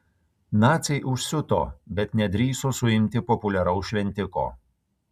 naciai užsiuto bet nedrįso suimti populiaraus šventiko